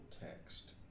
text